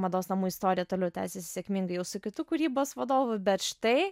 mados namų istorija toliau tęsiasi sėkmingai jau su kitu kūrybos vadovu bet štai